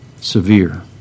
severe